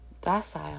Docile